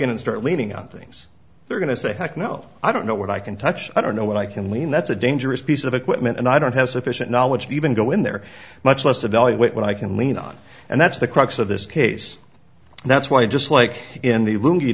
in and start leaning on things they're going to say heck no i don't know what i can touch i don't know what i can lean that's a dangerous piece of equipment and i don't have sufficient knowledge to even go in there much less evaluate what i can lean on and that's the crux of this case and that's why i just like in the loo